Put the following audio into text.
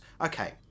okay